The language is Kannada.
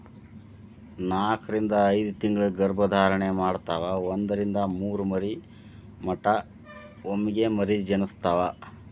ನಾಕರಿಂದ ಐದತಿಂಗಳ ಗರ್ಭ ಧಾರಣೆ ಮಾಡತಾವ ಒಂದರಿಂದ ಮೂರ ಮರಿ ಮಟಾ ಒಮ್ಮೆಗೆ ಮರಿ ಜನಸ್ತಾವ